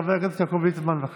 חבר הכנסת יעקב ליצמן, בבקשה.